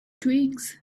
twigs